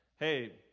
Hey